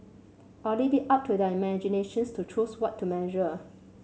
I'll leave it up to their imaginations to choose what to measure